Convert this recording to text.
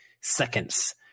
seconds